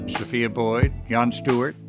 sophia boyd, ian stewart,